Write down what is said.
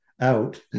out